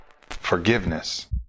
forgiveness